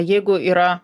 jeigu yra